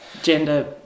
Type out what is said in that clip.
gender